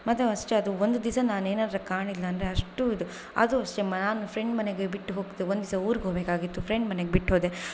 ಮತ್ತೆ ಅಷ್ಟೆ ಅದು ಒಂದು ದಿವ್ಸ ನಾನು ಏನಾದ್ರೂ ಕಂಡಿಲ್ಲ ಅಂದರೆ ಅಷ್ಟು ಇದು ಅದು ಅಷ್ಟೇ ನಾನು ಫ್ರೆಂಡ್ ಮನೆಗೆ ಬಿಟ್ಟು ಹೋಗ್ತೇ ಒಂದು ದಿವ್ಸ ಊರಿಗೆ ಹೋಗಬೇಕಾಗಿತ್ತು ಫ್ರೆಂಡ್ ಮನೆಗೆ ಬಿಟ್ಟು ಹೋದೆ